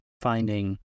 finding